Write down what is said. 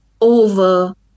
over